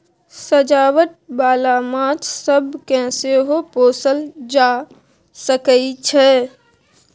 सजावट बाला माछ सब केँ सेहो पोसल जा सकइ छै